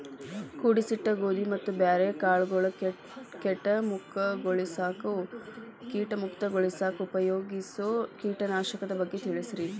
ಕೂಡಿಸಿಟ್ಟ ಗೋಧಿ ಮತ್ತ ಬ್ಯಾರೆ ಕಾಳಗೊಳ್ ಕೇಟ ಮುಕ್ತಗೋಳಿಸಾಕ್ ಉಪಯೋಗಿಸೋ ಕೇಟನಾಶಕದ ಬಗ್ಗೆ ತಿಳಸ್ರಿ